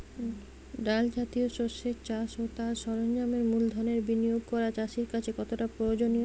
ডাল জাতীয় শস্যের চাষ ও তার সরঞ্জামের মূলধনের বিনিয়োগ করা চাষীর কাছে কতটা প্রয়োজনীয়?